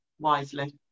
wisely